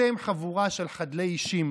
אתם חבורה של חדלי אישים.